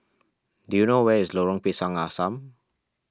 do you know where is Lorong Pisang Asam